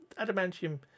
Adamantium